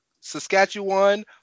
Saskatchewan